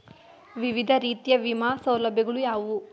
ವಿವಿಧ ರೀತಿಯ ವಿಮಾ ಸೌಲಭ್ಯಗಳು ಯಾವುವು?